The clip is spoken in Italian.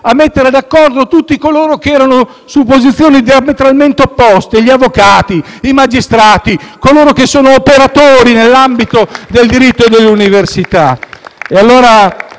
a mettere d'accordo tutti coloro che erano su posizioni diametralmente opposte: avvocati, magistrati, coloro che sono operatori nell'ambito del diritto nelle università.